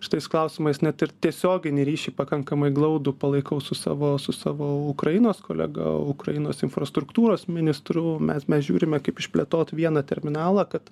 šitais klausimais net ir tiesioginį ryšį pakankamai glaudų palaikau su savo su savo ukrainos kolega ukrainos infrastruktūros ministru mes mes žiūrime kaip išplėtot vieną terminalą kad